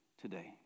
today